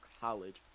college